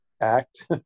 act